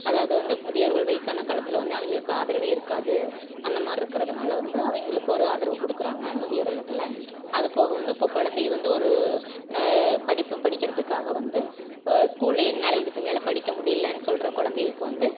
அதாவது வந்து முதியோர்கள் வயசான காலத்தில் வந்து அவங்களுக்கு ஆதரவே இருக்காது அந்த மாதிரி இருக்கிறதுனால வந்து அவங்களுக்கு ஒரு ஆதரவு கொடுக்குறாங்க முதியோர் இல்லத்தில் அதுப்போக வந்து இப்போ குழந்தைக வந்து ஒரு படிப்பு படிக்கிறதுக்காக வந்து இப்போ ஸ்கூல் என்னால் இதுக்கு மேல படிக்க முடியலனு சொல்கிற குழந்தைகளுக்கு வந்து